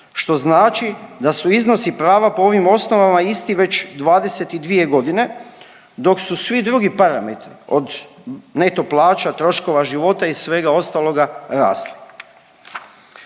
što znači da su iznosi prava po ovim osnovama isti već 22.g., dok su svi drugi parametri, od neto plaća, troškova života i svega ostaloga rasli.